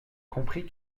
comprit